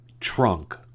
Trunk